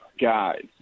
guys